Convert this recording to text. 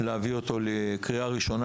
מתוך כוונה באמת להביא אותו לקריאה ראשונה,